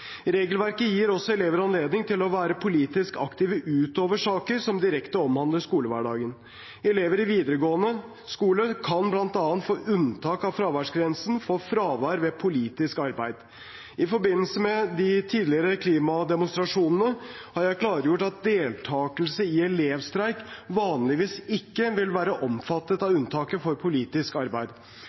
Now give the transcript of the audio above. Regelverket gir også elever anledning til å være politisk aktive utover saker som direkte omhandler skolehverdagen. Elever i videregående skole kan bl.a. få unntak fra fraværsgrensen for fravær ved politisk arbeid. I forbindelse med de tidligere klimademonstrasjonene har jeg klargjort at deltakelse i elevstreik vanligvis ikke vil være omfattet av unntaket for politisk arbeid.